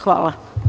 Hvala.